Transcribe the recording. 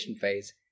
phase